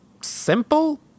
simple